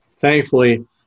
Thankfully